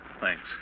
Thanks